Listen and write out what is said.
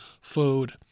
food